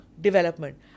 Development